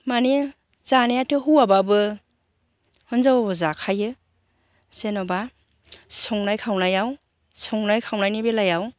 माने जानायाथ' हौवाबाबो हिन्जावबाबो जाखायो जेन'बा संनाय खावनायाव संनाय खावनायनि बेलायाव